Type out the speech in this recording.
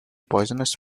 poisonous